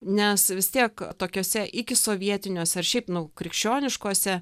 nes vis tiek tokiose ikisovietiniose ar šiaip nu krikščioniškose